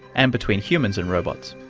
and between humans and robots.